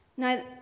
Now